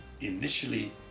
initially